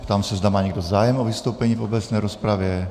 Ptám se, zda má někdo zájem o vystoupení v obecné rozpravě.